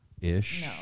Ish